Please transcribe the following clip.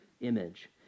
image